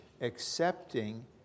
accepting